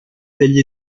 degli